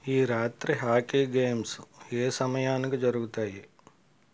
ఈ రాత్రి hockey games ఏ సమయానికి జరుగుతాయి